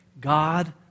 God